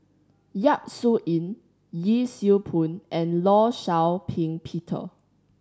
Yap Su Yin Yee Siew Pun and Law Shau Ping Peter